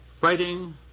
fighting